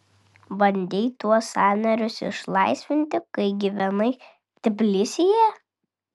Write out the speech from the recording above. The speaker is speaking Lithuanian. bandei tuos sąnarius išlaisvinti kai gyvenai tbilisyje